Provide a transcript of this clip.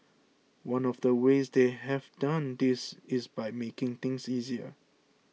one of the ways they have done this is by making things easier